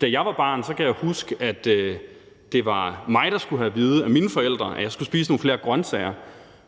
Da jeg var barn, kan jeg huske at det var mig, der skulle have at vide af mine forældre, at jeg skulle spise nogle flere grøntsager,